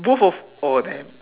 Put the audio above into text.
both of oh damn